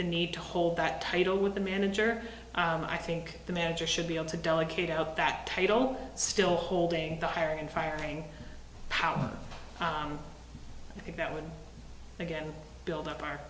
the need to hold that title with the manager i think the manager should be able to delegate out that you don't still holding the hiring and firing power i think that would again build up